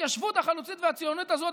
להתיישבות החלוצית והציונית הזאת,